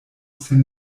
sen